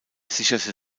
sicherte